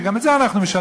שגם את זה אנחנו משלמים,